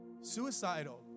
suicidal